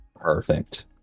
perfect